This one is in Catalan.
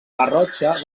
garrotxa